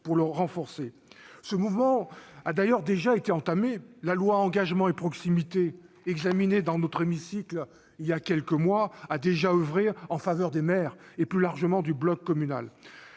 pour le renforcer. Ce mouvement a d'ailleurs déjà été entamé. La loi Engagement et proximité, examinée dans notre hémicycle il y a quelques mois, a déjà oeuvré en faveur des maires et, plus largement, du bloc communal.